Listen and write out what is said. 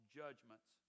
judgments